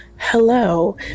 hello